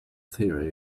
theory